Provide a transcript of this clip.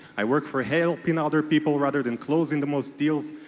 i work for hail peanut other people rather than closing the most deals.